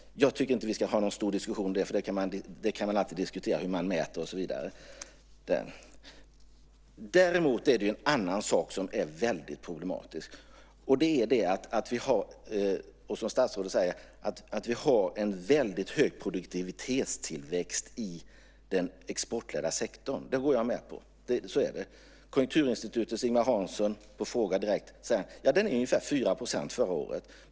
Jag tycker inte att vi ska ha en stor diskussion om det, det kan alltid diskuteras hur man mäter. Däremot är det en annan sak som är väldigt problematisk. Som statsrådet säger har vi en väldigt hög produktivitetstillväxt i den exportledda sektorn. Det går jag med på, så är det. Konjunkturinstitutets Ingemar Hansson svarade på en fråga direkt att den var ungefär 4 % förra året.